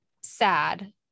sad